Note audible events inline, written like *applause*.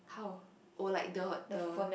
how *breath* or like the the